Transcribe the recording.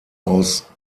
aus